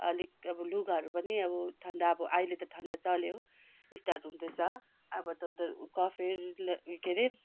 अलिक अब लुगाहरू पनि अब ठन्डा अब अहिले त ठन्डा चल्यो स्टार्ट हुँदैछ अब त्यो त कफेर के अरे